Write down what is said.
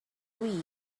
wii